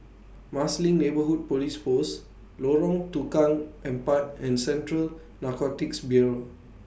Marsiling Neighbourhood Police Post Lorong Tukang Empat and Central Narcotics Bureau